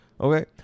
okay